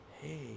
Hey